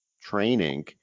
training